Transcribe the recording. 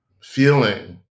feeling